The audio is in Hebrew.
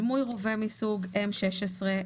דמוי רובה מסוג M-16,